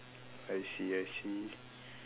I see I see